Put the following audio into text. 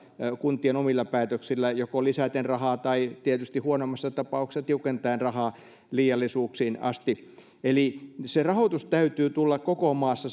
kuntien omilla päätöksillä joko lisäten rahaa tai tietysti huonommassa tapauksessa tiukentaen rahaa liiallisuuksiin asti eli rahoituksen täytyy tulla koko maassa